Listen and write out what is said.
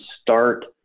start